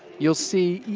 you'll see,